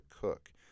cook